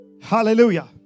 Hallelujah